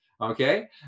Okay